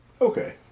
Okay